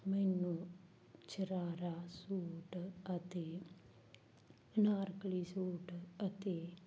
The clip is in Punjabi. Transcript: ਮੈਨੂੰ ਸ਼ਰਾਰਾ ਸੂਟ ਅਤੇ ਅਨਾਰਕਲੀ ਸੂਟ ਅਤੇ